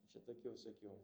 čia tokių visokių